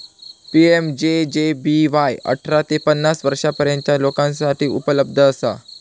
PMJJBY अठरा ते पन्नास वर्षांपर्यंतच्या लोकांसाठी उपलब्ध असा